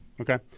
Okay